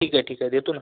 ठीकंय ठीकंय देतो नं